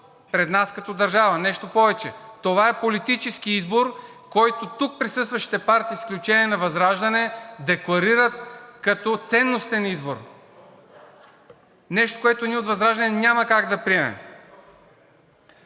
пред нас като държава. Нещо повече, това е политически избор, който тук присъстващите партии, с изключение на ВЪЗРАЖДАНЕ декларират като ценностен избор. Нещо, което ние от ВЪЗРАЖДАНЕ няма как да приемем.